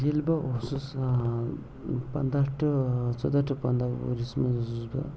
ییٚلہِ بہٕ اوٗسُس ٲں پَنٛدَہ ٹُو ژۄدَہ ٹُو پَنٛدَہ ؤرِیَس منٛز اوٗسُس بہٕ